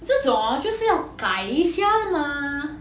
这种 hor 就是要改一下的 mah